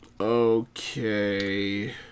Okay